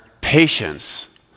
patience